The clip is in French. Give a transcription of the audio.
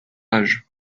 âge